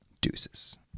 Deuces